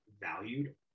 valued